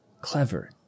Clever